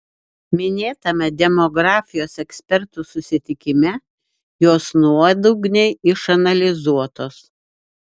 minėtame demografijos ekspertų susitikime jos nuodugniai išanalizuotos